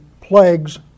plagues